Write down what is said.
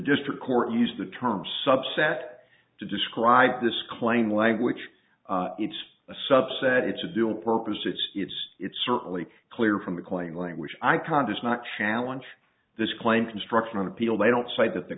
district court used the term subset to describe this claim language it's a subset it's a dual purpose it's it's it's certainly clear from the claim language icon does not challenge this claim construction on appeal they don't say that the